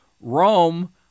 Rome